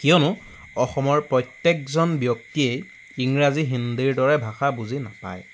কিয়নো অসমৰ প্ৰত্যেকজন ব্যক্তিয়েই ইংৰাজী হিন্দীৰ দৰে ভাষা বুজি নাপায়